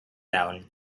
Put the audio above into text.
down